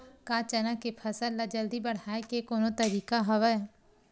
का चना के फसल ल जल्दी बढ़ाये के कोनो तरीका हवय?